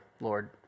Lord